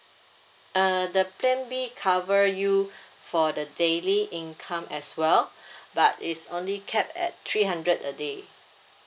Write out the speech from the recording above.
uh the plan B cover you for the daily income as well but is only capped at three hundred A day